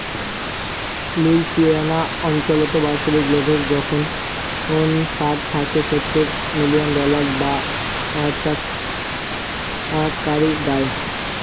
Louisiana অঞ্চলত বাৎসরিক লাভের জোখন ষাট থাকি সত্তুর মিলিয়ন ডলার যা আচাকচাক করি দ্যায়